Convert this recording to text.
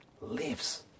lives